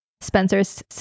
Spencer's